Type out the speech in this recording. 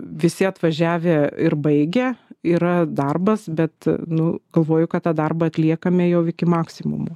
visi atvažiavę ir baigia yra darbas bet nu galvoju kad tą darbą atliekame jau iki maksimumo